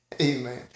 amen